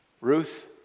Ruth